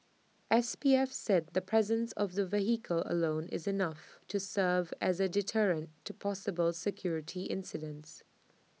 S P F said the presence of the vehicle alone is enough to serve as A deterrent to possible security incidents